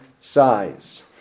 size